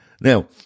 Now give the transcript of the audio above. now